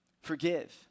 Forgive